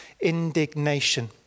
indignation